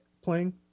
playing